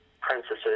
princesses